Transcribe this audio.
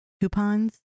coupons